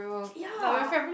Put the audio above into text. ya